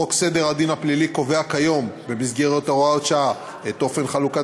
חוק סדר הדין הפלילי קובע כיום במסגרת הוראת שעה את אופן חלוקת